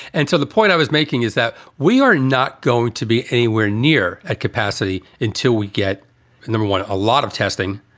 and so the point i was making is that we are not going to be anywhere near at capacity until we get and there. a ah lot of testing,